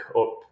up